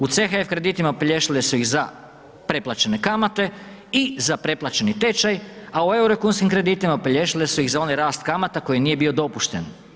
U CHF kreditima opelješile su ih za preplaćene kamate i za preplaćeni tečaj a u euro i kunskim kreditima opelješile su ih za onaj rast kamata koje nije bio dopušten.